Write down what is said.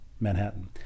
Manhattan